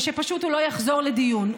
ושפשוט הוא לא יחזור לדיון.